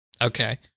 Okay